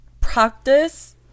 practice